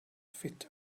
fit